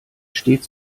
stets